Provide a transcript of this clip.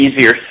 easier